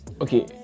okay